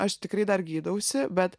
aš tikrai dar gydausi bet